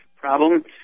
problem